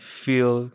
feel